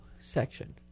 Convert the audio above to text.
section